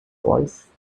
voice